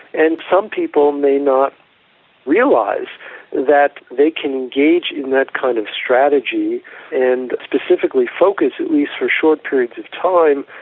and some people may not realise that they can engage in that kind of strategy and specifically focus, at least for short periods of time,